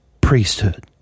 priesthood